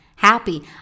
Happy